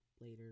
later